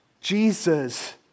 Jesus